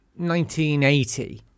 1980